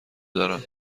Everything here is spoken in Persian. دارم